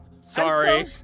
sorry